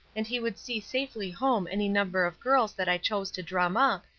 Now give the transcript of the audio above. and he would see safely home any number of girls that i chose to drum up,